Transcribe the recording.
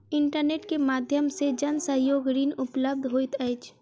internet के माध्यम से जन सहयोग ऋण उपलब्ध होइत अछि